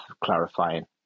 clarifying